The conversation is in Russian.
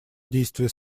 действия